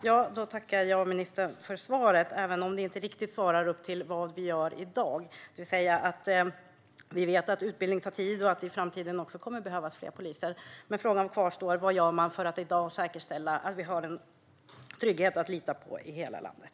Herr talman! Jag tackar ministern för svaret även om det inte riktigt svarar på vad som görs i dag. Vi vet att utbildning tar tid och att det även i framtiden kommer att behövas fler poliser. Frågan kvarstår: Vad görs för att i dag säkerställa att vi har en trygghet att lita på i hela landet?